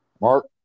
Mark